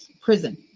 prison